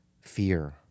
Fear